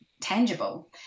Tangible